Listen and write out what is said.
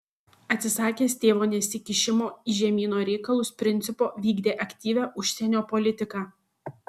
atsisakęs tėvo nesikišimo į žemyno reikalus principo vykdė aktyvią užsienio politiką